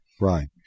Right